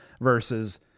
versus